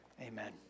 Amen